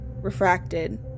refracted